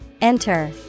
Enter